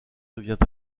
devient